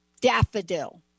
daffodil